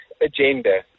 agenda